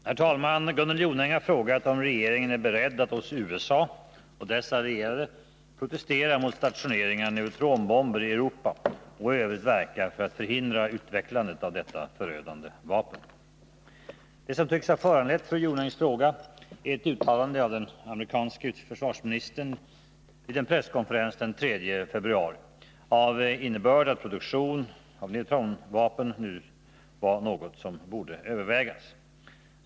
Herr talman! Gunnel Jonäng har frågat om regeringen är beredd att hos USA och dess allierade protestera mot stationering av neutronbomber i Europa och i övrigt verka för att förhindra utvecklandet av detta förödande vapen. Det som tycks ha föranlett fru Jonängs fråga är ett uttalande av den amerikanske försvarsministern vid en presskonferens den 3 februari av innebörd att produktion av neutronvapen nu var något som borde övervägas.